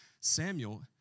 Samuel